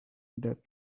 that